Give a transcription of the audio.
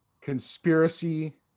conspiracy